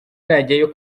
najyayo